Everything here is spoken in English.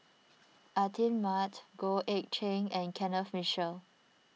Atin Amat Goh Eck Kheng and Kenneth Mitchell